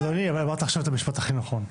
אדוני, אמרת עכשיו את המשפט הכי נכון,